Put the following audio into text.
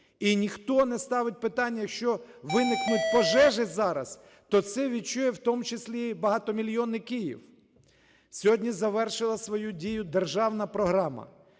І ніхто не ставить питання, що виникнуть пожежі зараз, то це відчує в тому числі і багатомільйонний Київ. Сьогодні завершила свою дію державна програма.